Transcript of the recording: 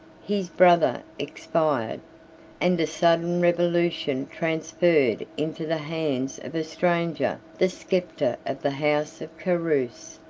his brother expired and a sudden revolution transferred into the hands of a stranger the sceptre of the house of carus.